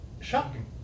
shocking